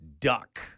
Duck